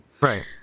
Right